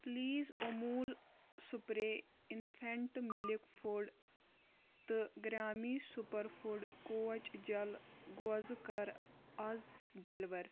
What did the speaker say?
please Amul spray infant milk food تہٕ گرٛامی super food کوچ جل گوز کر از ڈیلِور